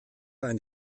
einen